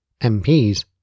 MPs